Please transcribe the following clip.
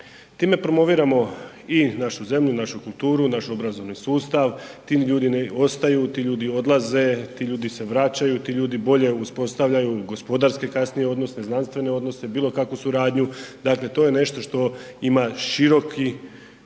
Time promoviramo i našu zemlji i našu kulturu, naš obrazovni sustav, ti ljudi ostaju, ti ljudi odlaze, ti ljudi se vraćaju, ti ljudi bolje uspostavljaju gospodarske kasnije odnose, znanstvene odnose, bilo kakvu suradnju, dakle to je nešto što ima široki